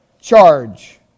charge